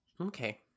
Okay